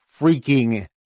freaking